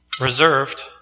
reserved